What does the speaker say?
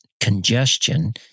congestion